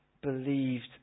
believed